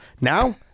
Now